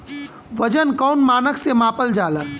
वजन कौन मानक से मापल जाला?